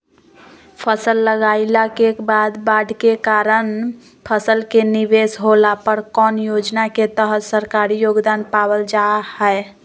फसल लगाईला के बाद बाढ़ के कारण फसल के निवेस होला पर कौन योजना के तहत सरकारी योगदान पाबल जा हय?